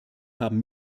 haben